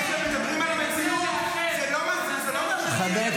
מדברים על המציאות --- זה לא ------ ואטורי,